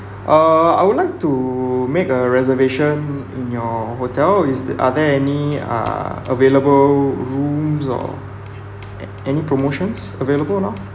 uh I would like to make a reservation in your hotel is the~ are there any uh available rooms ora~ any promotions available or not